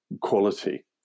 quality